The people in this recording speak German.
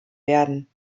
werden